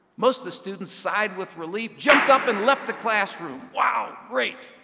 most of the students sighed with relief, jumped up and left the classroom. wow, great.